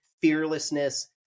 fearlessness